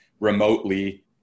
remotely